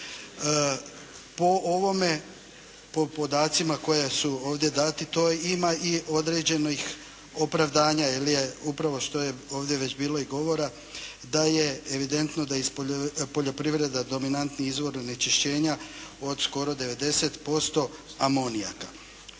po ovome, po podacima koja su ovdje dati, to ima i određenih opravdanja jer je, upravo što je ovdje već bilo i govora da je evidentno da je iz poljoprivreda dominantni izvor onečišćenja od skoro 90% amonijaka.